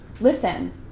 Listen